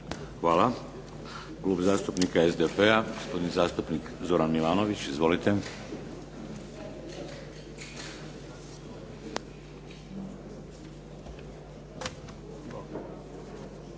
(HDZ)** Klub zastupnika SDP-a, gospodin zastupnik Zoran Milanović. Izvolite.